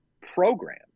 program